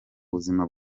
buzima